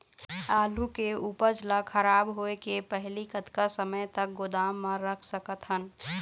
आलू के उपज ला खराब होय के पहली कतका समय तक गोदाम म रख सकत हन?